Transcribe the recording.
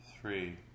three